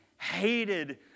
hated